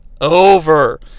over